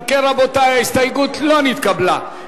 אם כן, רבותי, ההסתייגות לא נתקבלה.